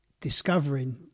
discovering